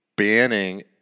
banning